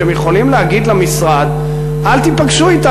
שהם יכולים להגיד למשרד: אל תיפגשו אתם,